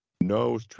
no